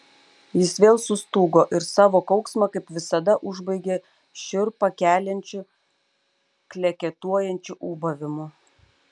jis vėl sustūgo ir savo kauksmą kaip visada užbaigė šiurpą keliančiu kleketuojančiu ūbavimu